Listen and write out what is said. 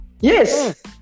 Yes